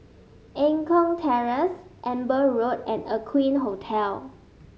Eng Kong Terrace Amber Road and Aqueen Hotel